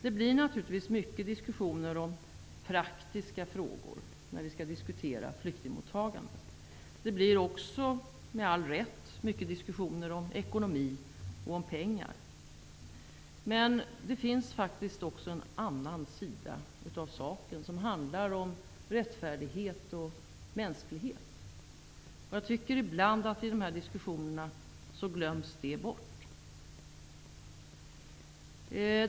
Det blir naturligtvis mycket diskussion om praktiska frågor när vi skall diskutera flyktingmottagandet. Det blir också med all rätt mycket diskussion om ekonomi och om pengar. Men det finns faktiskt också en annan sida av saken. Den handlar om rättfärdighet och mänsklighet. Jag tycker ibland att det glöms bort i de här diskussionerna.